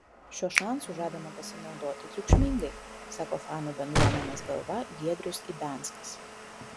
šiuo šansu žadama pasinaudoti triukšmingai sako fanų bendruomenės galva giedrius ibianskas